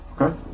Okay